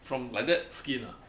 from like that skin ah